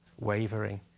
wavering